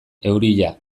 euria